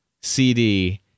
CD